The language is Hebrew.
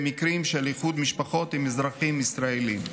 במקרים של איחוד משפחות עם אזרחים ישראלים.